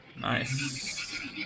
Nice